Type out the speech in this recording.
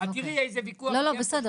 את תראי איזה ויכוח יהיה פה עוד שבועיים.